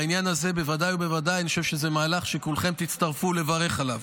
בעניין הזה בוודאי ובוודאי אני חושב שזה מהלך שכולכם תצטרפו לברך עליו.